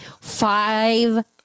five